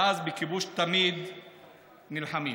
ואז, בכיבוש תמיד נלחמים.